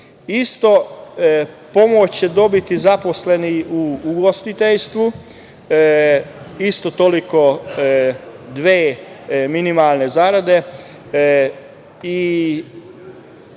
Pomoć će dobiti i zaposleni u ugostiteljstvu, isto toliko, dve minimalne zarade, i